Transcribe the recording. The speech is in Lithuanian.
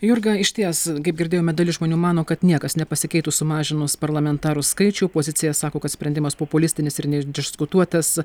jurga išties kaip girdėjome dalis žmonių mano kad niekas nepasikeitų sumažinus parlamentarų skaičių opozicija sako kad sprendimas populistinis ir neišdiskutuotas